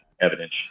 evidence